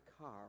car